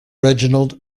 reginald